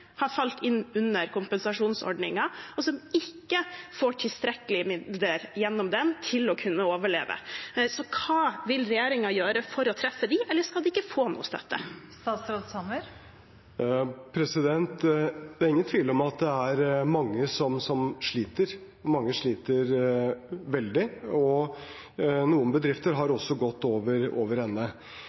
falt inn under kompensasjonsordningen, og som ikke får tilstrekkelige midler gjennom den til å kunne overleve. Så hva vil regjeringen gjøre for å treffe dem? Eller skal de ikke få noen støtte? Det er ingen tvil om at det er mange som sliter. Mange sliter veldig, og noen bedrifter har også gått over ende.